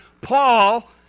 Paul